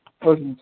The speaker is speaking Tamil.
ஓகேங்க